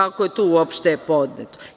Ako je to uopšte podneto.